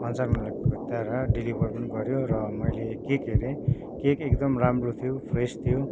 अनुसार डेलिभर पनी गऱ्यो र मैले केक हेरेँ केक एकदम राम्रो थियो फ्रेस थियो